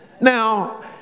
Now